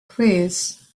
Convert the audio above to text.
please